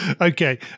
Okay